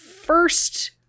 First